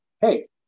hey